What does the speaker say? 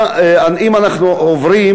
אם אנחנו עוברים